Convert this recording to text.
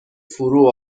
فرو